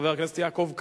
חבר הכנסת יעקב כץ.